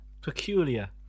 peculiar